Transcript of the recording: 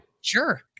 Sure